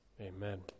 Amen